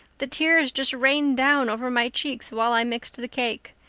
the tears just rained down over my cheeks while i mixed the cake.